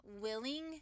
willing